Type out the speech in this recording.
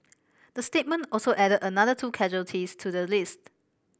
the statement also added another two casualties to the list